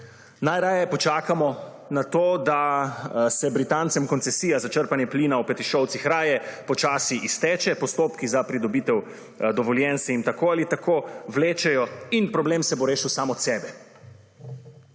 Naj raje počakamo na to, da se Britancem koncesija za črpanje plina v Petišovcih počasi izteče, postopki za pridobitev dovoljenj se jim tako ali tako vlečejo in problem se bo rešil sam od sebe.